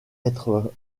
être